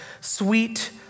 sweet